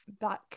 back